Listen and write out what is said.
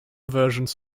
versions